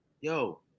Yo